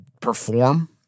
perform